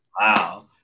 Wow